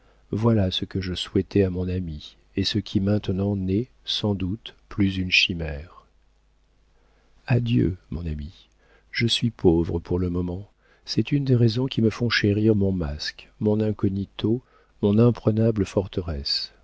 voilà ce que je souhaitais à mon ami et ce qui maintenant n'est sans doute plus une chimère adieu mon ami je suis pauvre pour le moment c'est une des raisons qui me font chérir mon masque mon incognito mon imprenable forteresse